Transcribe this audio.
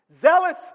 zealous